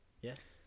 Yes